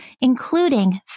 including